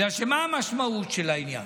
כי מה המשמעות של העניין?